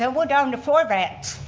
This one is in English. they'll go down to four vans.